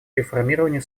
реформированию